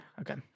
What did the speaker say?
okay